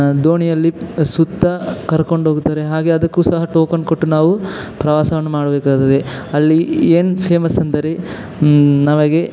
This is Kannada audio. ದೋಣಿಯಲ್ಲಿ ಸುತ್ತ ಕರ್ಕೊಂಡ್ಹೋಗುತ್ತಾರೆ ಹಾಗೇ ಅದಕ್ಕೂ ಸಹ ಟೋಕನ್ ಕೊಟ್ಟು ನಾವು ಪ್ರವಾಸವನ್ನು ಮಾಡಬೇಕಾಗುತ್ತದೆ ಅಲ್ಲಿ ಏನು ಫೇಮಸ್ ಅಂದರೆ ನಮಗೆ